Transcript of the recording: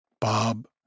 Bob